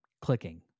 clicking